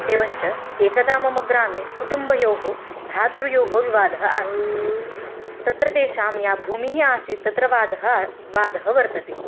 एवञ्च एकदा मम ग्रामे कुटुम्बयोः भ्रात्रोः विवादः आसीत् तत्र तेषां या भूमिः आसीत् तत्र वादः वादः वर्तते